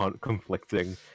conflicting